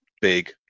big